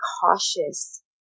cautious